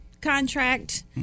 contract